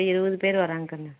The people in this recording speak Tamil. ஒரு இருபது பேர் வர்றாங்க கன்னு